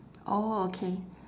orh okay